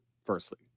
firstly